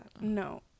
no